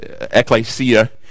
Ecclesia